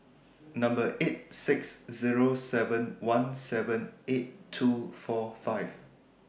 Number eight six Zero seven one seven eight two four five